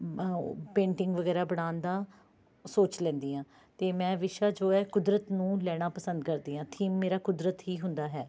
ਆ ਉਹ ਪੇਟਿੰਗ ਵਗੈਰਾ ਬਣਾਉਣ ਦਾ ਸੋਚ ਲੈਂਦੀ ਹਾਂ ਅਤੇ ਮੈਂ ਵਿਸ਼ਾ ਜੋ ਹੈ ਕੁਦਰਤ ਨੂੰ ਲੈਣਾ ਪਸੰਦ ਕਰਦੀ ਹਾਂ ਥੀਮ ਮੇਰਾ ਕੁਦਰਤ ਹੀ ਹੁੰਦਾ ਹੈ